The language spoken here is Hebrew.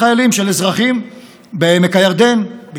פן נוסף אשר ברצוני להציג בפניכם הינו תפקידה החברתי של ביקורת המדינה.